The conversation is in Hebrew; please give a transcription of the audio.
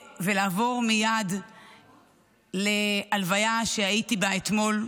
ולעבור מייד להלוויה שהייתי בה אתמול,